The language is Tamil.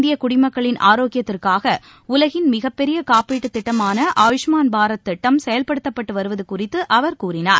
இந்திய குடிமக்களின் ஆரோக்கியத்திற்காக உலகின் மிகப்பெரிய காப்பீடு திட்டமான ஆயுஷ்மான் பாரத் திட்டம் செயல்பட்டு வருவது குறித்து அவர் கூறினார்